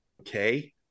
okay